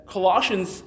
Colossians